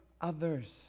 others